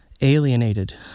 alienated